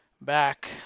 back